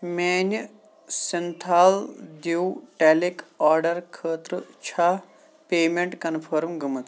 میانہِ سِنتھال دِیو ٹیلک آرڈر خٲطرٕ چھا پیمیٚنٹ کنفٔرم گٔمٕژ؟